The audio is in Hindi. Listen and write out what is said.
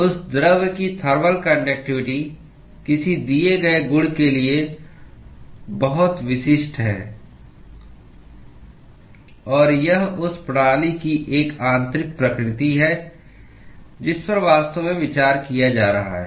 उस द्रव्य की थर्मल कान्डक्टिवटी किसी दिए गए गुण के लिए बहुत विशिष्ट है और यह उस प्रणाली की एक आंतरिक प्रकृति है जिस पर वास्तव में विचार किया जा रहा है